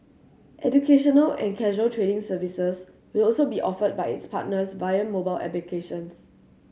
educational and casual trading services will also be offered by its partners via mobile applications